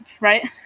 right